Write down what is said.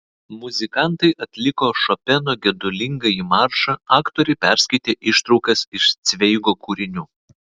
muzikantai atliko šopeno gedulingąjį maršą aktoriai perskaitė ištraukas iš cveigo kūrinių